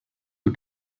you